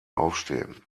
aufstehen